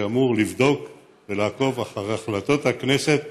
שאמור לבדוק ולעקוב אחרי החלטות הכנסת